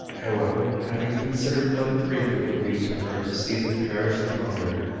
however, having considered what a grief it would be to her to see them perish with hunger,